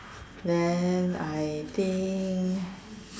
then I think